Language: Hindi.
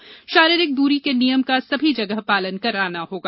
षारीरिक दूरी के नियम का सभी जगह पालन करना होगा